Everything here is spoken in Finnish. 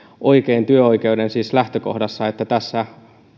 siis työoikeuden lähtökohdassa että tässä